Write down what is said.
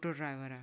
auto driver